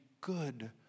good